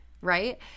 Right